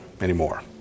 anymore